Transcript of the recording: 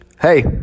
Hey